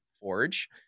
forge